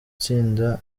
tsinda